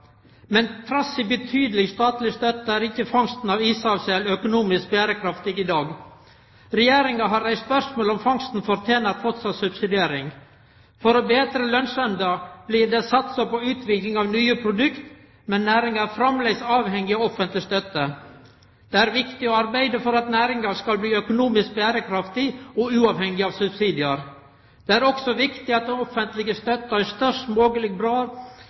Men trass i betydeleg statleg støtte er ikkje fangsten av ishavssel økonomisk berekraftig i dag. Regjeringa har reist spørsmål om fangsten fortener vidare subsidiering. For å betre lønsemda blir det satsa på utvikling av nye produkt, men næringa er framleis avhengig av offentleg støtte. Det er viktig å arbeide for at næringa skal bli økonomisk berekraftig og uavhengig av subsidiar. Det er også viktig at den offentlege støtta i størst